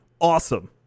Awesome